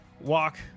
walk